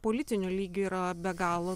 politiniu lygiu yra be galo